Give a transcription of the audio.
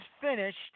finished